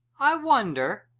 i wonder,